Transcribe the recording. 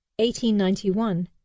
1891